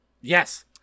Yes